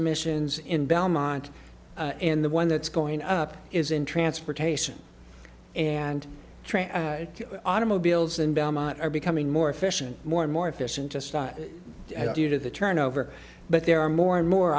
emissions in belmont in the one that's going up is in transportation and automobiles and belmont are becoming more efficient more and more efficient just due to the turnover but there are more and more